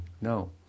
no